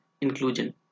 Inclusion